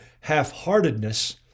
Half-heartedness